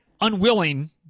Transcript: unwilling